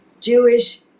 Jewish